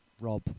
rob